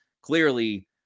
clearly